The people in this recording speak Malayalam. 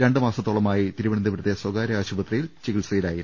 രണ്ട് മാസത്തോളമായി തിരുവനന്തപൂരത്തെ സ്ഥകാര്യ ആശുപത്രിയിൽ ചികിത്സയിലായിരുന്നു